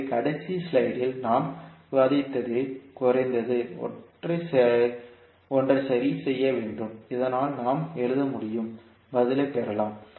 ஆகவே கடைசி ஸ்லைடில் நாம் விவாதித்ததே குறைந்தது ஒன்றை சரி செய்ய வேண்டும் இதனால் நாம் எழுத முடியும் பதிலைப் பெறலாம்